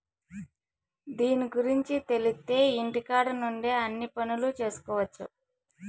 దీని గురుంచి తెలిత్తే ఇంటికాడ నుండే అన్ని పనులు చేసుకొవచ్చు